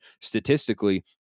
statistically